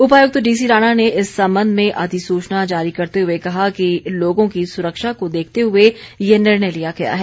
उपायुक्त D C Rana ने इस संबंध में अधिसूचना जारी करते हुए कहा कि लोगों की सुरक्षा को देखते हुए ये निर्णय लिया गया है